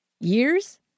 Years